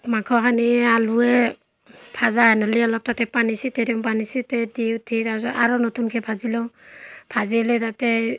মাংসখিনি আলুৱে ভজা যেন হ'লে অলপ তাতে পানী ছেটিয়াই দিওঁ পানী ছেটিয়াই দি উঠি তাৰ পাছত আৰু নতুনকৈ ভাজি লওঁ ভাজি লৈ তাতে